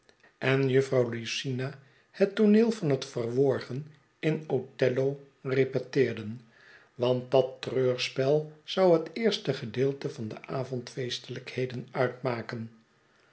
en juffrouw lucina het tooneel van het verworgen in othello repeteerden want dat treurspel zou het eerste gedeelte van de avondfeestelijkheden uitmaken